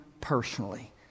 personally